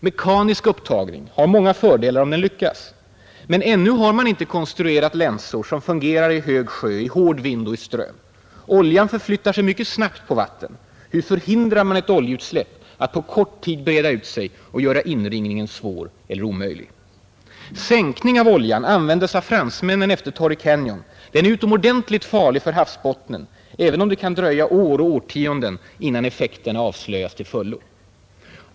Mekanisk upptagning har många fördelar om den lyckas. Men ännu har man inte konstruerat länsor som fungerar i hög sjö, i hård vind och i ström. Oljan förflyttar sig mycket snabbt på vatten. Hur förhindrar man ett oljeutsläpp att på kort tid breda ut sig och göra inringningen svår eller omöjlig? Sänkning av oljan användes av fransmännen efter Torrey Canyon. Den är utomordentligt farlig för havsbottnen, även om det kan dröja år och årtionden innan effekten avslöjas till fullo.